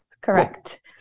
correct